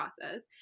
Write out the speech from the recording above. process